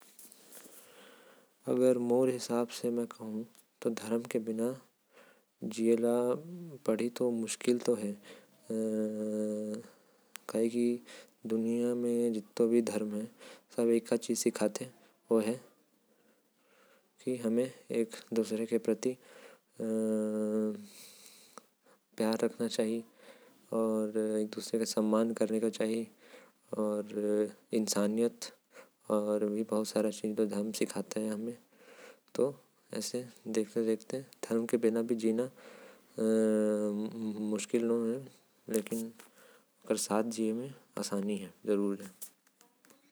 अगर मोर हिसाब से बोलूं तो धर्म के बिना जीना मुश्किल त। हवेल काबर की हर धर्म एके चीज सीखते आऊ ओ हे इंसानियत। आऊ धर्म के सहारे हे लाइका मन डर के रहते।